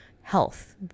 health